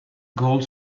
gold